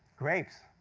grapes,